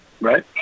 right